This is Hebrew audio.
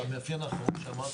המאפיין האחרון שאמרת,